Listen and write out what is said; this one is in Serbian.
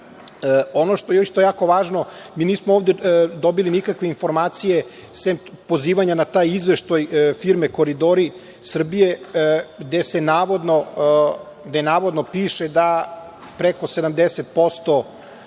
što je isto jako važno, mi nismo ovde dobili nikakve informacije sem pozivanja na taj izveštaj firme Koridori Srbije gde navodno piše da preko 70%